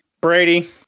Brady